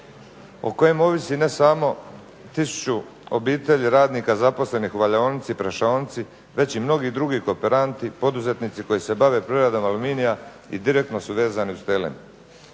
o kojem ovisi ne samo 1000 obitelji, radnika zaposlenih u valjaonici, prešaonici već i mnogi drugi kooperanti, poduzetnici koji se bave preradom aluminija i direktno su vezani uz TLM.